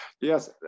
Yes